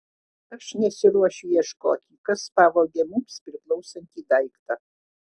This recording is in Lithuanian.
aš nesiruošiu ieškoti kas pavogė mums priklausantį daiktą